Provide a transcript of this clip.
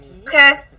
Okay